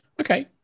Okay